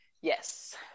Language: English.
Yes